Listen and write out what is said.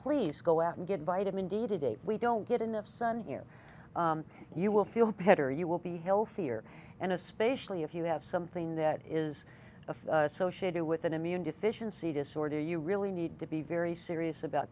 please go out and get vitamin d today we don't get enough sun here you will feel better you will be healthier and especially if you have something that is a associated with an immune deficiency disorder you really need to be very serious about